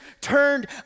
turned